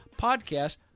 podcast